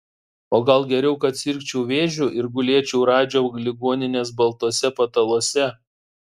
o gal geriau kad sirgčiau vėžiu ir gulėčiau radžio ligoninės baltuose pataluose